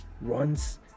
Runs